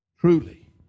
truly